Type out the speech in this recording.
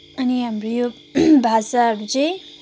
अनि हाम्रो यो भाषाहरू चाहिँ